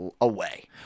away